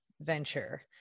venture